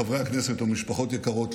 חברי הכנסת ומשפחות יקרות,